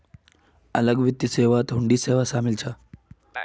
अलग वित्त सेवात हुंडी सेवा शामिल छ